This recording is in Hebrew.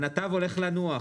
הנתב הולך לנוח.